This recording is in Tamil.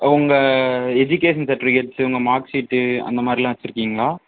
உங்கள் எஜுகேஷன் சர்ட்டிஃபிக்கேட்ஸு உங்கள் மார்க் சீட்டு அந்த மாதிரில்லாம் வைச்சிருக்கீங்களா